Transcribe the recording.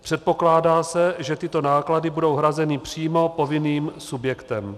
Předpokládá se, že tyto náklady budou hrazeny přímo povinným subjektem.